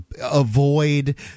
avoid